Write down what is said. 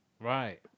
Right